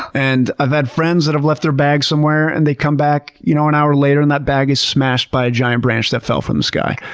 and i've had friends that have left their bags somewhere and they come back, you know, an hour later and that bag is smashed by a giant branch that fell from the sky.